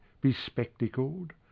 bespectacled